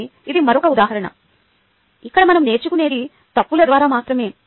కాబట్టి ఇది మరొక ఉదాహరణ ఇక్కడ మనం నేర్చుకునేది తప్పుల ద్వారా మాత్రమే